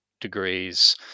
degrees